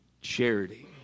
Charity